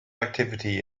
activity